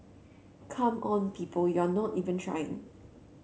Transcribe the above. come on people you're not even trying